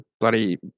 bloody